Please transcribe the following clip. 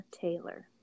Taylor